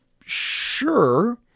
Sure